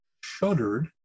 shuddered